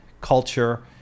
culture